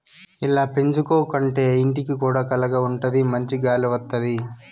ఇలా పెంచుకోంటే ఇంటికి కూడా కళగా ఉంటాది మంచి గాలి వత్తది